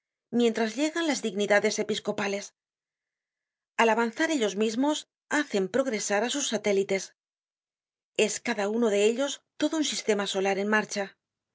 mientras llegan las dignidades episcopales al avanzar ellos mismos hacen progresar á sus satélites es cada uno de ellos todo un sistema solar en marcha